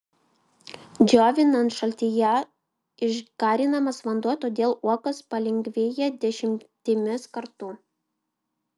džiovinant šaltyje išgarinamas vanduo todėl uogos palengvėja dešimtimis kartų